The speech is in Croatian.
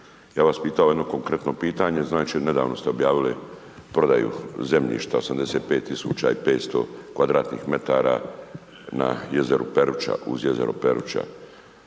bih vas pitao jedno konkretno pitanje. Znači nedavno ste objavili prodaju zemljišta 85 tisuća i 500 kvadratnih metara na jezeru Peruća uz jezero Peruća,